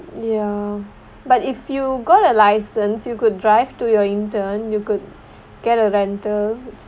ya but if you got a licence you could drive to your intern you could get a rental